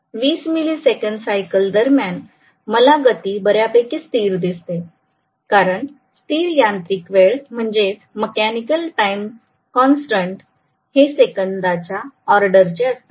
20 millisecond cycle दरम्यान मला गती बऱ्यापैकी स्थिर दिसते कारण स्थिर यांत्रिक वेळ हे सेकंदांच्या ऑर्डर चे असतात